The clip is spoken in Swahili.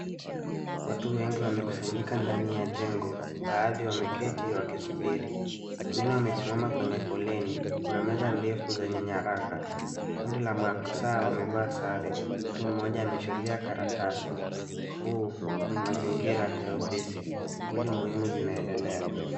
Watu wengi wakusanyika ndani ya jengo. Baadhi wameketi wakisubiri wengine wamesimama kwenye foleni kuna meza ndefu zenye nyaraka kundi la maafisa wamevaa zare mtu moja ameshikilia karatasi huu ni mazingira ya ofisi shughuli muhimu zinaendelea.